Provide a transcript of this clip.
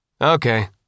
Okay